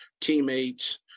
teammates